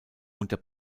unter